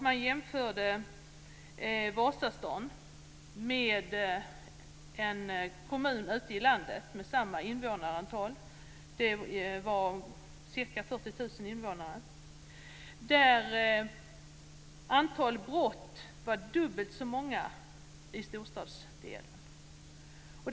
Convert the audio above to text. Man jämförde Vasastan med en kommun ute i landet med samma invånarantal, ca 40 000 invånare. Det visade sig att antalet brott vara dubbelt så många i storstaden.